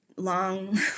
Long